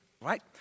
right